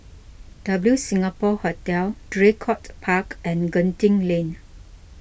W Singapore Hotel Draycott Park and Genting Lane